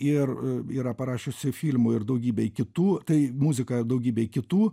ir yra parašiusi filmui ir daugybei kitų tai muziką daugybei kitų